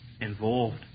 involved